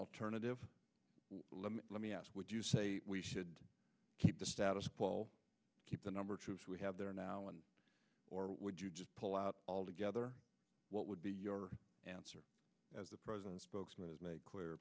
alternative let me ask would you say we should keep the status quo keep the number of troops we have there now and or would you just pull out altogether what would be your answer as the president's spokesman has made clear